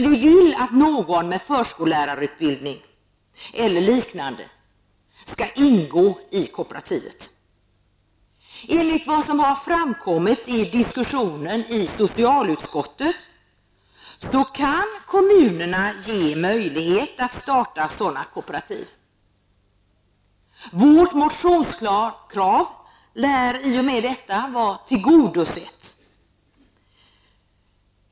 Vi vill att någon med förskolärarutbildning eller liknande skall ingå i kooperativet. Enligt vad som har framkommit vid diskussionen i socialutskottet kan kommunerna ge möjlighet att starta sådana kooperativ. Vårt motionskrav lär härmed vara tillgodosett.